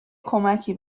کمکی